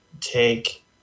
take